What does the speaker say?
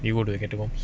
you go to the catacombs